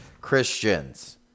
Christians